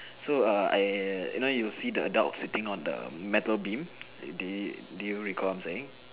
so err I you know you see the adult sitting on the metal beam do do you recall what I'm saying